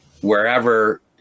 wherever